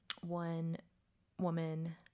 one-woman